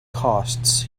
costs